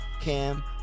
Cam